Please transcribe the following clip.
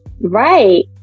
Right